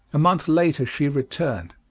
a month later she returned.